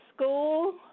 school